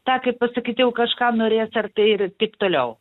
tą kaip pasakyti jau kažką norės ar tai ir taip toliau